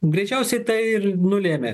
greičiausiai tai ir nulėmė